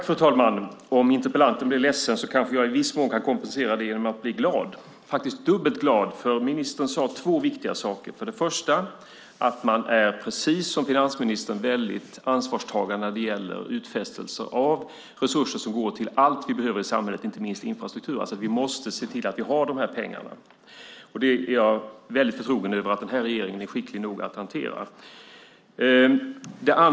Fru talman! Om interpellanten blir ledsen kanske jag i viss mån kan kompensera det genom att bli glad - faktiskt dubbelt glad, för ministern sade två viktiga saker. Den första saken var att man precis som finansministern är väldigt ansvarstagande när det gäller utfästelser om resurser som går till allt vi behöver i samhället, inte minst infrastruktur. Vi måste alltså se till att vi har de här pengarna, och jag har stort förtroende för att den här regeringen är skicklig nog att hantera detta.